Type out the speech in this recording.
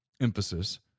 emphasis